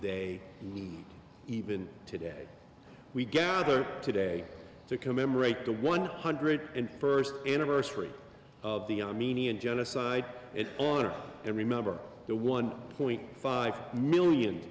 and even today we gather today to commemorate the one hundred and first anniversary of the armenian genocide on earth and remember the one point five million